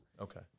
Okay